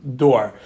door